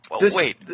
wait